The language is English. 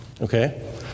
okay